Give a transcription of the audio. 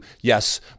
yes